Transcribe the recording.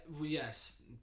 Yes